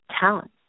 talent